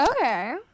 Okay